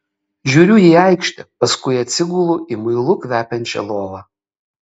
žiūriu į aikštę paskui atsigulu į muilu kvepiančią lovą